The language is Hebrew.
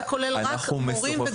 זה כולל רק מורים וגננות,